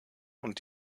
und